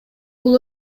бул